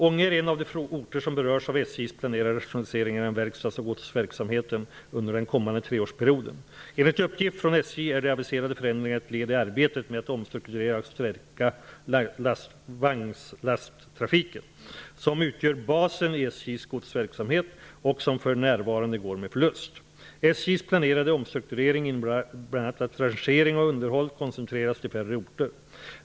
Ånge är en av de orter som berörs av SJ:s planerade rationaliseringar inom verkstads och godsverksamheten under den kommande treårsperioden. Enligt uppgift från SJ är de aviserade förändringarna ett led i arbetet med att omstrukturera och stärka vagnslasttrafiken, som utgör basen i SJ:s godsverksamhet och som för närvarande går med förlust. SJ:s planerade omstrukturering innebär bl.a. att rangering och underhåll koncentreras till färre orter.